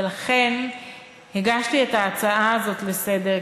ולכן הגשתי את ההצעה הזאת לסדר-היום,